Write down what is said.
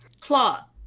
plot